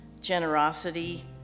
generosity